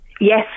Yes